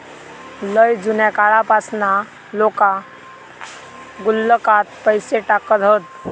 लय जुन्या काळापासना लोका गुल्लकात पैसे टाकत हत